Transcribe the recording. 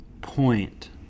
point